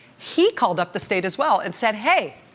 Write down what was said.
he called up the state as well and said hey,